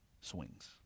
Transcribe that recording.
swings